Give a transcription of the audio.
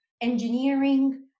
engineering